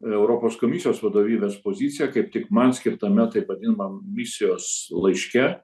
europos komisijos vadovybės poziciją kaip tik man skirtame taip vadinamam misijos laiške